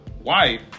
wife